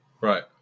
Right